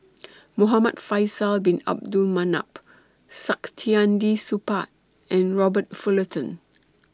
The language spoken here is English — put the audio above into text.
Muhamad Faisal Bin Abdul Manap Saktiandi Supaat and Robert Fullerton